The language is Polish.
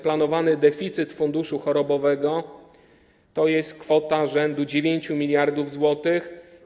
Planowany deficyt funduszu chorobowego to jest kwota rzędu 9 mld zł.